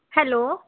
hello